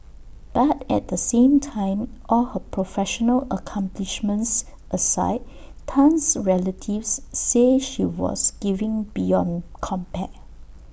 but at the same time all her professional accomplishments aside Tan's relatives say she was giving beyond compare